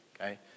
okay